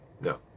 No